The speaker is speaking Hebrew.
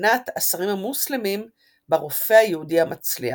וקנאת השרים המוסלמים ברופא היהודי המצליח.